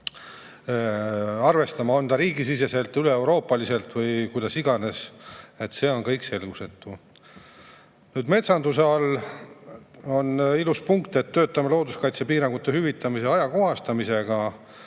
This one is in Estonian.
arvestama, on ta riigisiseselt, üleeuroopaliselt või kuidas iganes. See on kõik selgusetu. Metsanduse all on ilus punkt, et töötame looduskaitsepiirangute hüvitamise ajakohastamisega,